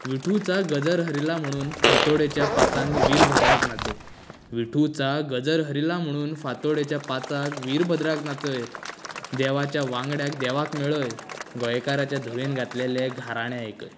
विठूचा गजर हरिला म्हुणून फांतोडेच्या पांचांक वीरभद्राक नाचय विठूचा गजर हरिला म्हुणून फांतोडेच्या पांचांक वीरभद्राक नाचय देवाच्या वांगड्याक देवाक मेळय गोंयकाराच्या धुवेन घातलेलें गाराणें आयकय